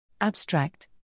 Abstract